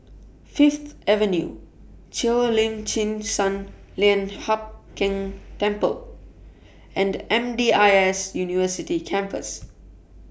Fifth Avenue Cheo Lim Chin Sun Lian Hup Keng Temple and M D I S University Campus